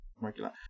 regular